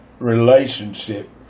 relationship